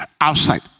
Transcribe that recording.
Outside